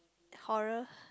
horror